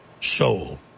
soul